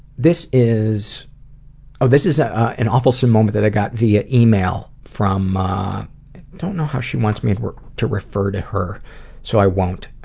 this is this is ah an awfulsome moment that i got via email. from, i don't know how she wants me and to refer to her so i wont.